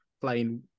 playing